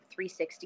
360